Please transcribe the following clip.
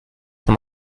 von